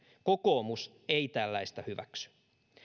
kokoomus ei tällaista hyväksy